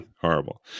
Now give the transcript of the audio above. Horrible